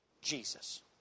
Jesus